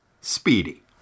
Speedy